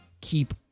keep